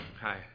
Hi